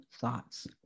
thoughts